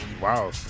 wow